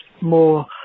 more